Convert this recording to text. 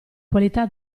qualità